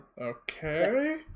Okay